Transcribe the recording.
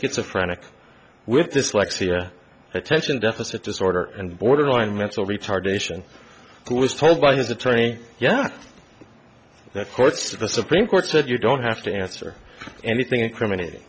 schizophrenic with dyslexia attention deficit disorder and borderline mental retardation who was told by his attorney yeah that courts the supreme court said you don't have to answer anything incriminat